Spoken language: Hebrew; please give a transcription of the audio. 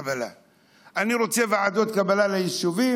אני רוצה ועדות קבלה ליישובים,